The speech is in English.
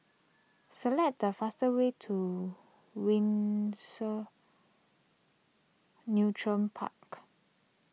select the faster way to Windsor neutron Park